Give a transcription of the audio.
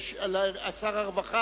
הזאת.